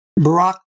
Barack